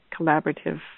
collaborative